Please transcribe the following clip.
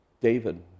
David